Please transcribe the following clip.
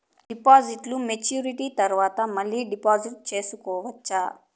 డిపాజిట్లు మెచ్యూరిటీ తర్వాత మళ్ళీ డిపాజిట్లు సేసుకోవచ్చా?